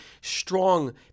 strong